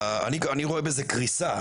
אני רואה בזה קריסה.